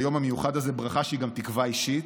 ביום המיוחד הזה ברכה שהיא גם תקווה אישית: